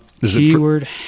keyword